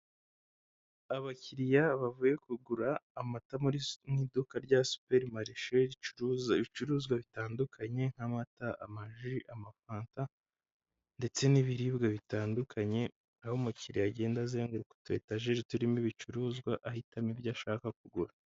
Abakiriya bavuye kugura amata mu iduka rya superi marishe ricuruza ibicuruzwa bitandukanye nk'amata, amaji, amafanta ndetse n'ibiribwa bitandukanye, aho umukiriya agenda azenguruka utuyetajeri turimo ibicuruzwa ahitamo ibyo ashaka kugura.